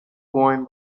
coin